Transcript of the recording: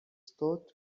stout